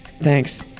Thanks